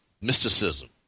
mysticism